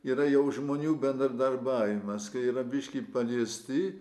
yra jau žmonių bendradarbiavimas kai yra biškį paliesti